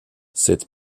cette